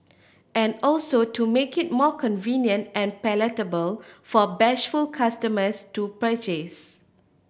and also to make it more convenient and palatable for bashful customers to purchase